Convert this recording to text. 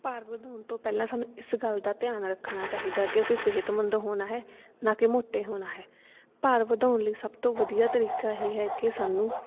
ਭਾਰ ਵਧਾਉਣ ਤੋਂ ਪਹਿਲਾਂ ਸਾਨੂੰ ਇਸ ਗੱਲ ਦਾ ਧਿਆਨ ਰੱਖਣਾ ਚਾਹੀਦਾ ਕਿ ਅਸੀਂ ਸਿਹਤਮੰਦ ਹੋਣਾ ਹੈ ਨਾ ਕਿ ਮੋਟੇ ਹੋਣਾ ਹੈ ਭਾਰ ਵਧਾਉਣ ਲਈ ਸਭ ਤੋਂ ਵਧੀਆ ਤਰੀਕਾ ਇਹ ਹੀ ਹੈ ਕਿ ਸਾਨੂੰ